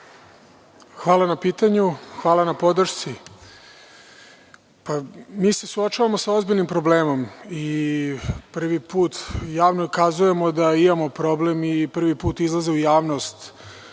Hvala na pitanju, hvala na podršci. Mi se suočavamo sa ozbiljnim problemom i prvi put javno kazujemo da imamo problem i prvi put izlaze u javnost